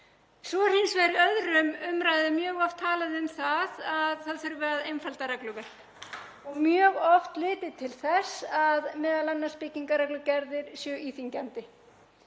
Svo er hins vegar í öðrum umræðum mjög oft talað um að það þurfi að einfalda regluverk og mjög oft litið til þess að m.a. að byggingarreglugerðir séu íþyngjandi.